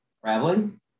traveling